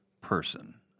person